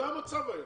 זה המצב היום.